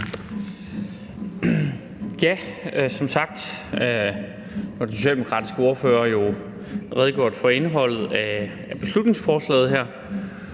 Lauritzen (V): Den socialdemokratiske ordfører har redegjort for indholdet af beslutningsforslaget,